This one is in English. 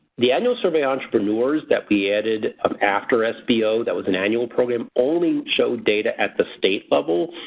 the annual survey entrepreneurs that we added um after sbo that was an annual program only showed data at the state level.